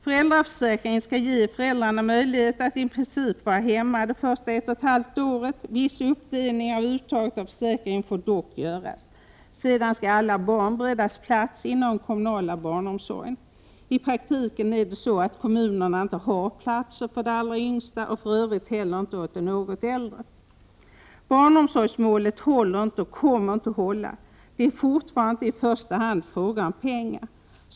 Föräldraförsäkringen skall ge föräldrarna möjlighet att i princip vara hemma de första ett och ett halvt åren — viss uppdelning av uttaget av försäkringen får dock göras. Sedan skall alla barn beredas plats inom den kommunala barnomsorgen. I praktiken är det så att kommunerna inte har platser för de allra yngsta och för övrigt heller inte åt de något äldre. Barnomsorgsmålet håller inte och kommer inte att hålla. Det är fortfarande inte i första hand fråga om pengar.